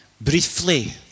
briefly